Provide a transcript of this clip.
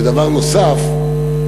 ודבר נוסף,